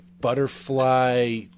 butterfly